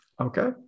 Okay